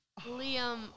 Liam